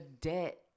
debt